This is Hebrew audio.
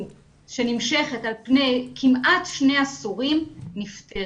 שנמשכת על פני כמעט שני עשורים נפתרת.